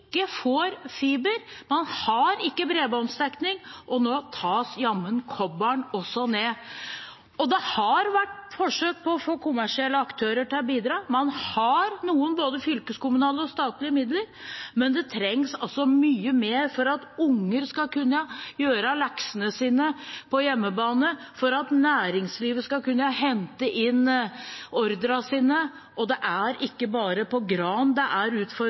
får fiber, man har ikke bredbåndsdekning, og nå tas jammen kobberet også ned. Det har vært forsøk på å få kommersielle aktører til å bidra, man har noen både fylkeskommunale og statlige midler, men det trengs mye mer for at unger skal kunne gjøre leksene sine på hjemmebane og for at næringslivet skal kunne hente inn ordrene sine. Det er ikke bare på Gran det er